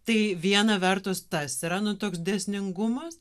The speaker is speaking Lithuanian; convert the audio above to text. tai viena vertus tas yra nu toks dėsningumas